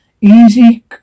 easy